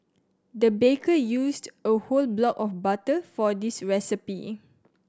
the baker used a whole block of butter for this recipe